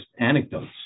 anecdotes